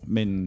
Men